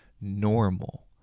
normal